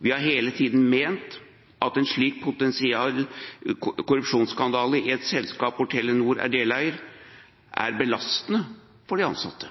Vi har hele tiden ment og sagt at en slik potensiell korrupsjonsskandale i et selskap som Telenor er deleier i, er belastende for de ansatte.